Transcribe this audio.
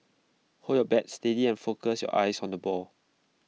hold your bat steady and focus your eyes on the ball